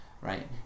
right